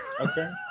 Okay